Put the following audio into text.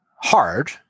hard